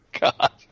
God